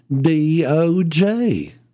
D-O-J